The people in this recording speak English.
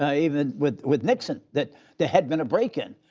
ah even with with nixon, that there had been a break-in.